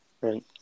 right